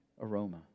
aroma